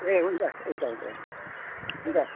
ए हुन्छ हुन्छ हुन्छ हुन्छ हुन्छ